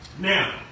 Now